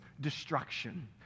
destruction